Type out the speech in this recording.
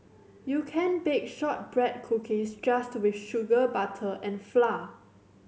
you can bake shortbread cookies just with sugar butter and flour